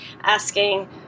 asking